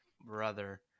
brother